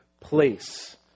place